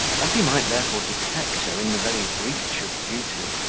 that he might therefore detect her in the very breach of duty,